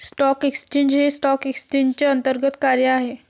stock exchange हे stock एक्सचेंजचे अंतर्गत कार्य आहे